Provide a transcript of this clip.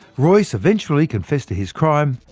royce eventually confessed to his crime,